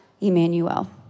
Emmanuel